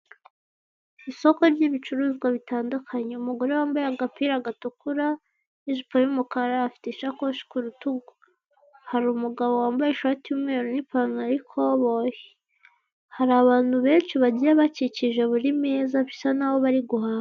Isoko ryi'bicuruzwa bitandukanye, umugore wambaye agapira gatukura n'ijipo y'umukara, afite isakoshi ku rutugu. Hari umugabo wambaye ishati y'umweru n'ipantaro y'ikoboyi. Hari abantu benshi bagiye bakikije buri meza bisa naho bari guhaha.